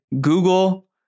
Google